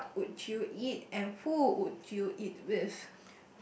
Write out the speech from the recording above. what would you eat and who would you eat with